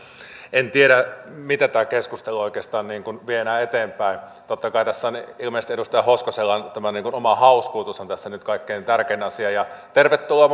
en tiedä miten tätä keskustelua oikeastaan viedään eteenpäin totta kai tässä on ilmeisesti edustaja hoskosella nyt tämmöinen oma hauskuutus kaikkein tärkein asia tervetuloa